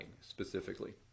specifically